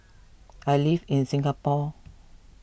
I live in Singapore